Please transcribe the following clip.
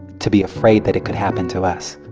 to be afraid that it could happen to us